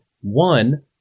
One